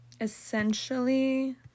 essentially